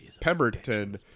Pemberton